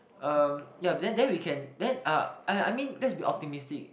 um yeah then then we can then uh I I mean let's be optimistic